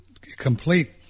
complete